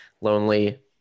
lonely